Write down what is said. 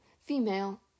female